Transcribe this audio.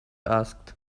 asked